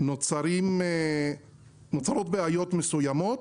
ונוצרות בעיות מסוימות.